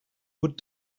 would